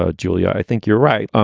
ah julia, i think you're right. um